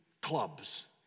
clubs